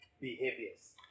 behaviors